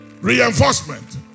reinforcement